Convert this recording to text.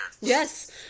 Yes